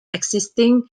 exiting